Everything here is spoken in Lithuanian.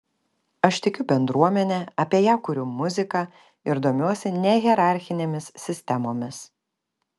aš tikiu bendruomene apie ją kuriu muziką ir domiuosi nehierarchinėmis sistemomis